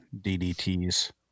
DDT's